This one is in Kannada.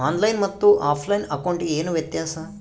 ಆನ್ ಲೈನ್ ಮತ್ತೆ ಆಫ್ಲೈನ್ ಅಕೌಂಟಿಗೆ ಏನು ವ್ಯತ್ಯಾಸ?